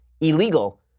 illegal